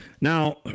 Now